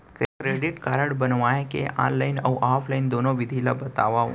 Credit card बनवाए के online अऊ ऑफलाइन दुनो विधि ला बतावव?